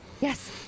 Yes